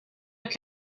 have